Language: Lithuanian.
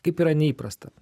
kaip yra neįprasta